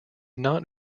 not